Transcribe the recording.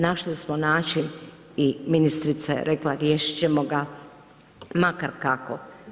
Našli smo način i ministrica je rekla riješit ćemo ga, makar kako.